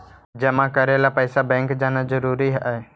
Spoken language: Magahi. जमा करे ला पैसा बैंक जाना जरूरी है?